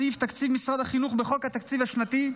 בסעיף תקציב משרד החינוך בחוק התקציב השנתי,